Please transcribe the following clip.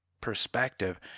perspective